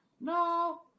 no